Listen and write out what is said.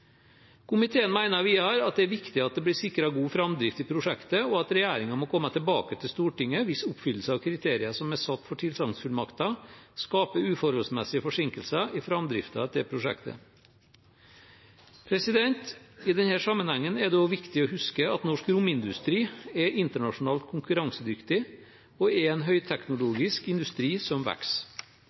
Komiteen mener videre at det er viktig at det blir sikret god framdrift i prosjektet, og at regjeringen må komme tilbake til Stortinget hvis oppfyllelse av kriterier som er satt for tilsagnsfullmakten, skaper uforholdsmessige forsinkelser i framdriften til prosjektet. I denne sammenhengen er det også viktig å huske at norsk romindustri er internasjonalt konkurransedyktig og er en høyteknologisk industri som